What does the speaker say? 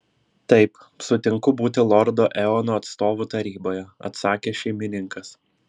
taip sutinku būti lordo eono atstovu taryboje atsakė šeimininkas